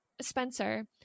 Spencer